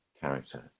character